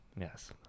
yes